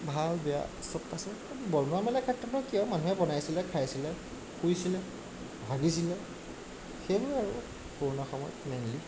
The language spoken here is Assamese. ভাল বেয়া সব আছে বনোৱা মেলা ক্ষেত্ৰতনো কি আৰু মানুহে বনাইছিলে খাইছিলে শুইছিলে হাগিছিলে সেইবোৰ আৰু কৰোণা সময়ত মেইনলি